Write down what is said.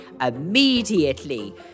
immediately